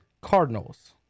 Cardinals